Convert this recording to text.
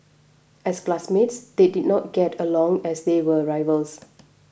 as classmates they did not get along as they were rivals